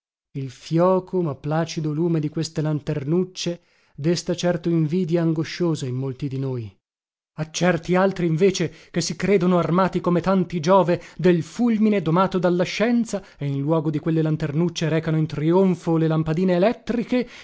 il fioco ma placido lume di queste lanternucce desta certo invidia angosciosa in molti di noi a certi altri invece che si credono armati come tanti giove del fulmine domato dalla scienza e in luogo di quelle lanternucce recano in trionfo le lampadine elettriche